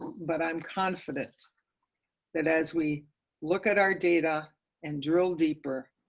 but i'm confident that as we look at our data and drill deeper,